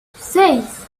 seis